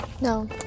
No